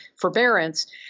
forbearance